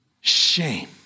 shame